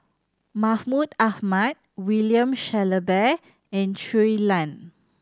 Mahmud Ahmad William Shellabear and Shui Lan